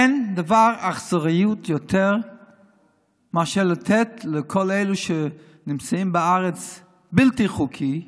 אין אכזריות יותר מאשר לתת לכל אלה שנמצאים בארץ והם בלתי חוקיים,